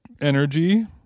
energy